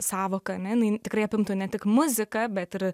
sąvoka ane jinai tikrai apimtų ne tik muziką bet ir